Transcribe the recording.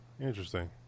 Interesting